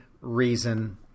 reason